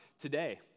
today